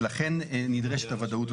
ולכן נדרשת הוודאות.